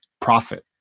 profit